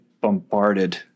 bombarded